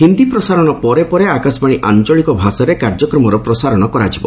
ହିନ୍ଦି ପ୍ରସାରଣ ପରେ ପରେ ଆକାଶବାଣୀ ଆଞ୍ଚଳିକ ଭାଷାରେ କାର୍ଯ୍ୟକ୍ରମର ପ୍ରସାରଣ କରିବ